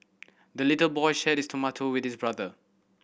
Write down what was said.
the little boy shared his tomato with his brother